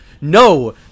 no